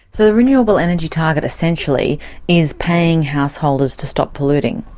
so the renewable energy target essentially is paying householders to stop polluting?